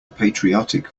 patriotic